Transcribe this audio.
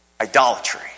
idolatry